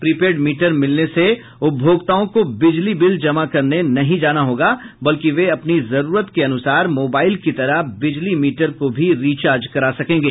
pre paid meter मिलने से उपभोक्ताओं को बिजली बिल जमा करने नहीं जाना होगा बल्कि वे अपनी जरूरत के अनुसार मोबाईल की तरह बिजली मीटर को भी रिचार्ज करा सकेंगे